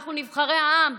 אנחנו נבחרי העם.